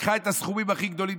לקחה תמיד את הסכומים הכי גדולים,